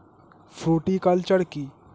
Fruticulture কী?